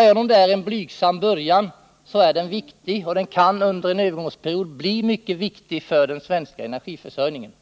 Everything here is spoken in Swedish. Även om det är en blygsam början är den viktig, och den kan under en övergångsperiod bli mycket viktig för den svenska energiförsörjningen.